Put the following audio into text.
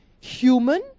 human